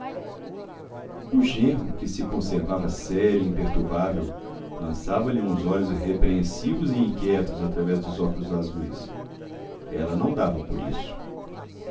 o genro que se conservava sério e imperturbável lançava-lhe uns olhos repreensivos e inquietos através dos óculos azuis ela não dava por isso